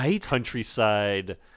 countryside